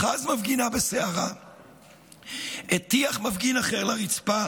אחז מפגינה בשערה והטיח מפגין אחר לרצפה